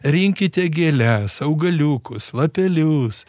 rinkite gėles augaliukus lapelius